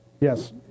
Yes